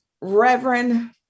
Reverend